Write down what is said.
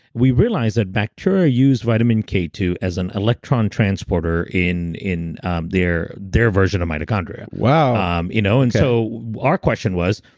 we realized that bacteria use vitamin k two as an electron transporter in in their their version of mitochondria. um you know and so our question was,